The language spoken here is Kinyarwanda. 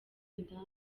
indaya